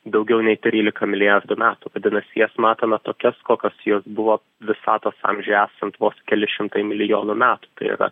daugiau nei trylika milijardų metų vadinasi jas matome tokias kokios jos buvo visatos amžiui esant vos keli šimtai milijonų metų tai yra